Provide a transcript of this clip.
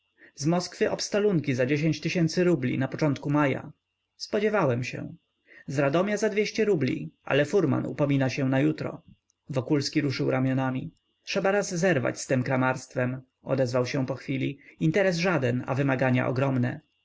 chcesz z moskwy obstalunki za dziesięć tysięcy rubli na początek maja spodziewałem się z radomia za dwieście rubli ale furman upomina się na jutro wokulski ruszył ramionami trzeba raz zerwać z tem kramarstwem odezwał się po chwili interes żaden a wymagania ogromne